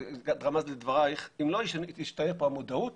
בהתאמה לדברייך: אם לא תשתנה פה המודעות